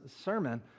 sermon